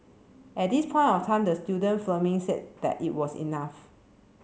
at this point of time the student filming said that it was enough